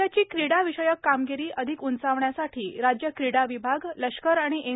राज्याची क्रीडा विषयक कामगिरी अधिक उंचावण्यासाठी राज्य क्रीडा विभाग लष्कर आणि एन